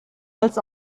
als